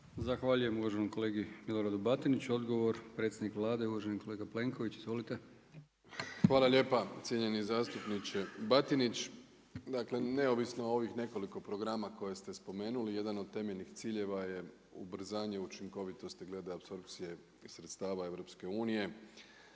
Zahvaljujem uvaženom kolegi Miloradu Batiniću. Odgovor predsjednik Vlade uvaženi kolega Plenković. Izvolite. **Plenković, Andrej (HDZ)** Hvala lijepa. Cijenjeni zastupniče Batinić. Dakle neovisno o ovih nekoliko programa koje ste spomenuli, jedan od temeljnih ciljeva je ubrzanje učinkovitosti glede apsorpcije sredstava EU,